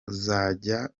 uzajya